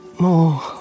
more